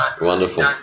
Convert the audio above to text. wonderful